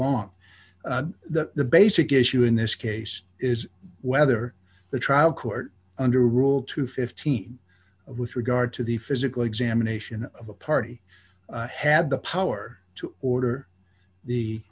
long the the basic issue in this case is whether the trial court under rule to fifteen with regard to the physical examination of a party had the power to order the